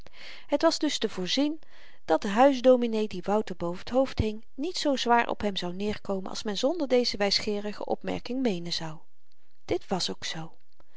het was dus te voorzien dat de huisdominee die wouter boven t hoofd hing niet zoo zwaar op hem zou neerkomen als men zonder deze wysgeerige opmerking meenen zou dit wàs ook zoo